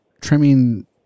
trimming